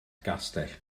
gastell